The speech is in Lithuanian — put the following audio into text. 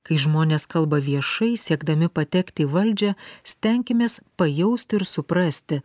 kai žmonės kalba viešai siekdami patekti į valdžią stenkimės pajausti ir suprasti